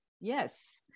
yes